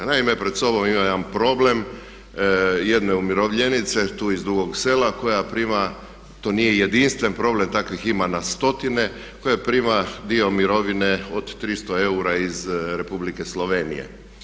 Naime, pred sobom imam jedan problem jedne umirovljenice tu iz Dugog Sela koja prima, to nije jedinstven problem, takvih ima na stotine koja prima dio mirovine od 300 eura iz Republike Slovenije.